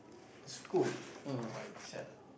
school why said